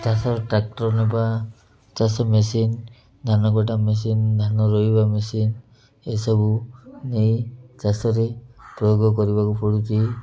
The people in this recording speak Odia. ଚାଷ ଟ୍ରାକ୍ଟର ନେବା ଚାଷ ମେସିନ୍ ଧାନ କଟା ମେସିନ୍ ଧାନ ରୋହିବା ମେସିନ୍ ଏସବୁ ନେଇ ଚାଷରେ ପ୍ରୟୋଗ କରିବାକୁ ପଡ଼ୁଚି